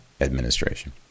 administration